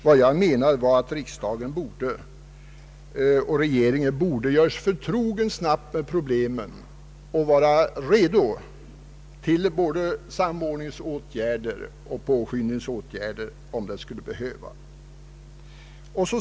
Vad jag menade var att riksdagen och regeringen borde göra sig förtrogna med problemen och vara redo till både samordningsåtgärder och åtgärder i påskyndande syfte om så skulle behövas.